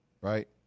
right